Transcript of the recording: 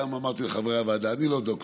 וגם אמרתי לחברי הוועדה: אני לא דוקטור.